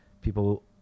people